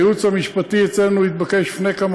הייעוץ המשפטי אצלנו התבקש לפני כמה